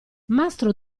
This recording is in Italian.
mastro